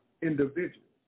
individuals